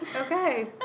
Okay